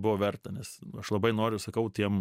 buvo verta nes aš labai noriu sakau tiem